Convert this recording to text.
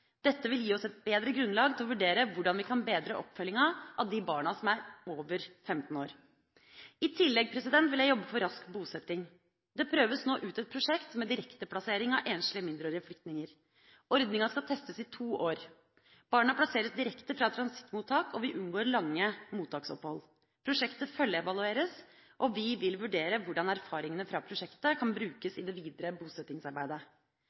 Dette vil gi oss et bedre grunnlag til å vurdere hvordan vi kan bedre oppfølginga av de barna som er over 15 år. I tillegg vil jeg jobbe for rask bosetting. Det prøves nå ut et prosjekt med direkteplassering av enslige mindreårige flyktninger. Ordninga skal testes i to år. Barna plasseres direkte fra transittmottak, og vi unngår lange mottaksopphold. Prosjektet følgeevalueres, og vi vil vurdere hvordan erfaringene fra prosjektet kan brukes i det videre bosettingsarbeidet.